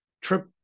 trip